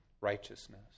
righteousness